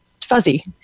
fuzzy